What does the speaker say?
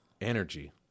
energy